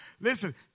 Listen